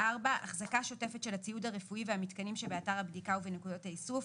אחזקה שוטפת של הציוד הרפואי והמתקנים שבאתר הבדיקה ובנקודת האיסוף,